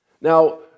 Now